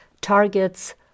targets